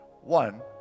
One